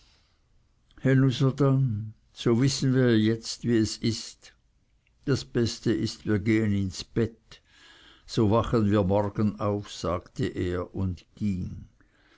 dann so wissen wir jetzt wie es ist das beste ist wir gehen ins bett so wachen wir morgen auf sagte er und ging